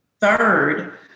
Third